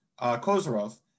Kozarov